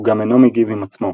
הוא גם אינו מגיב עם עצמו,